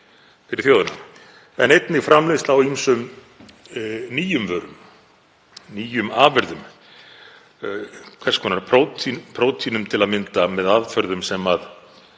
fyrir þjóðina, en einnig framleiðsla á ýmsum nýjum vörum, nýjum afurðum, hvers konar prótínum til að mynda með aðferðum sem